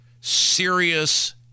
serious